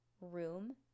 room